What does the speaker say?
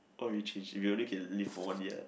what will you change if you only can live for one year